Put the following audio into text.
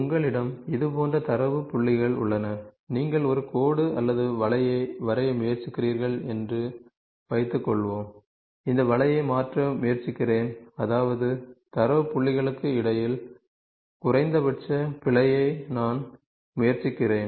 உங்களிடம் இது போன்ற தரவு புள்ளிகள் உள்ளன நீங்கள் ஒரு கோடு அல்லது வளைவை வரைய முயற்சிக்கிறீர்கள் என்று வைத்துக்கொள்வோம் இந்த வளைவை மாற்ற முயற்சிக்கிறேன் அதாவது தரவு புள்ளிகளுக்கு இடையில் குறைந்தபட்ச பிழையை நான் முயற்சிக்கிறேன்